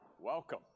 Welcome